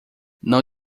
não